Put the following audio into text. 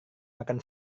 makan